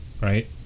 right